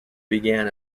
began